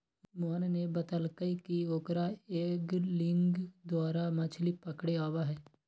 मोहन ने बतल कई कि ओकरा एंगलिंग द्वारा मछ्ली पकड़े आवा हई